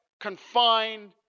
confined